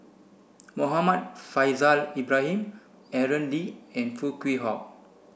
Muhammad Faishal Ibrahim Aaron Lee and Foo Kwee Horng